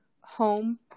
home